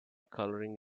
coloring